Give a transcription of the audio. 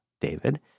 David